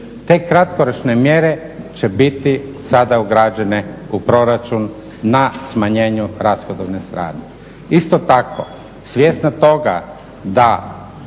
Te kratkoročne mjere će biti sada ugrađene u proračun na smanjenju rashodovne strane. Isto tako, svjesna toga da